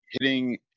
hitting